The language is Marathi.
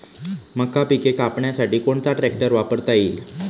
मका पिके कापण्यासाठी कोणता ट्रॅक्टर वापरता येईल?